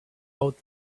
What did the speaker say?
out